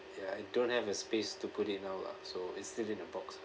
ya I don't have a space to put it now lah so it's still in a box